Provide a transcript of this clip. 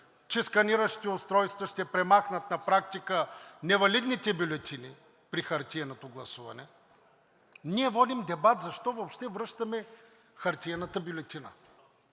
че сканиращите устройства ще премахнат на практика невалидните бюлетини при хартиеното гласуване, а ние водим дебат защо въобще връщаме хартиената бюлетина.